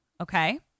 okay